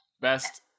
Best